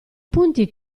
punti